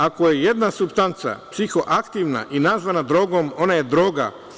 Ako je jedna supstanca psihoaktivna i nazvana drogom, ona je droga.